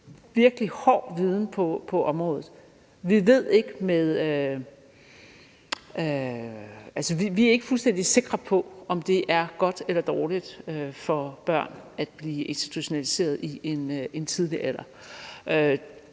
har en virkelig hård viden på området. Vi er ikke fuldstændig sikre på, om det er godt eller dårligt for børn at blive institutionaliseret i en tidlig alder.